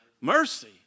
Mercy